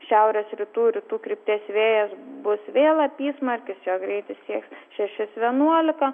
šiaurės rytų rytų krypties vėjas bus vėl apysmarkis jo greitis sieks šešis vienuolika